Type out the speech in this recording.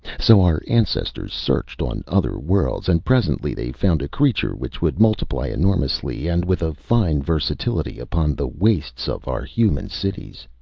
so our ancestors searched on other worlds, and presently they found a creature which would multiply enormously and with a fine versatility upon the wastes of our human cities.